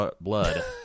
Blood